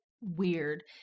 weird